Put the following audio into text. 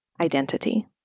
identity